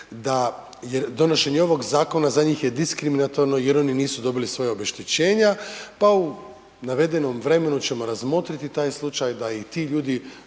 je, donošenje ovog zakona za njih je diskriminatorno jer oni nisu dobili svoja obeštećenja, pa u navedenom vremenu ćemo razmotriti taj slučaj da i ti ljudi,